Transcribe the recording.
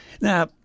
Now